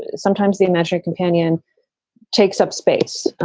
sometimes they mentioned companion takes up space.